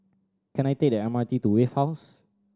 can I take the M R T to Wave House